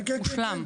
מושלם.